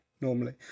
normally